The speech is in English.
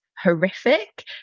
horrific